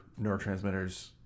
neurotransmitters